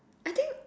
I think